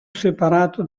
separato